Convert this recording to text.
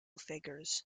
figures